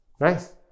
Nice